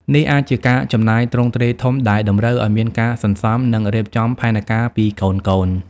នេះអាចជាការចំណាយទ្រង់ទ្រាយធំ ដែលតម្រូវឱ្យមានការសន្សំ និងរៀបចំផែនការពីកូនៗ។